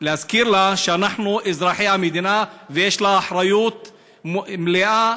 נזכיר לה שאנחנו אזרחי המדינה ויש לה אחריות מלאה